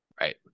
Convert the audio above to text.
Right